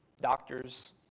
Doctors